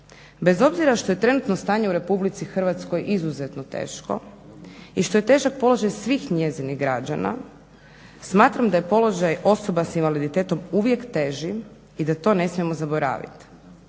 bez obzira što je trenutno stanje u RH izuzetno teško i što je težak položaj svih njezinih građana smatram da je položaj osoba s invaliditetom uvijek teži i da to ne smijemo zaboraviti.